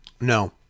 No